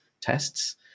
tests